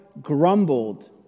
grumbled